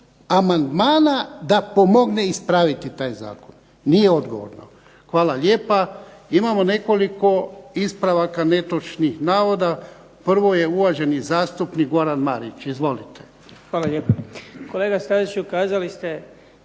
da pomogne ispraviti taj zakon. Nije odgovorno. Hvala lijepa. Imamo nekoliko ispravaka netočnih navoda. Prvo je uvaženi zastupnik Goran Marić. Izvolite.